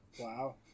Wow